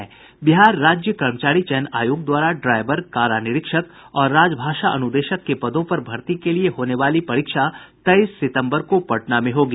बिहार राज्य कर्मचारी चयन आयोग द्वारा ड्राईवर कारा निरीक्षक और राजभाषा अनुदेशक के पदों पर भर्ती के लिये होने वाली परीक्षा तेईस सितंबर को पटना में होगी